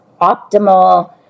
optimal